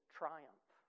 triumph